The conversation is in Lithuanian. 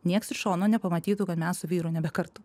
nieks iš šono nepamatytų kad mes su vyru nebe kartu